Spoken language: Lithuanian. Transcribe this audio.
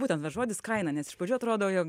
būtent tas žodis kaina nes iš pradžių atrodo jog